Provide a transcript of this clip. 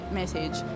message